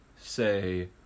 say